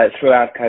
throughout